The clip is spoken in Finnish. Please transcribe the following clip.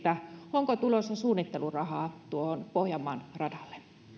onko tulossa suunnittelurahaa pohjanmaan radalle